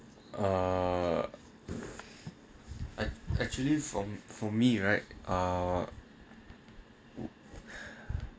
uh I'm actually for for me right uh